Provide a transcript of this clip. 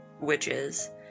witches